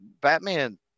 Batman